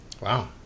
Wow